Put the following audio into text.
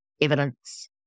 evidence